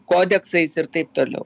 kodeksais ir taip toliau